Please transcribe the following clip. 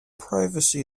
privacy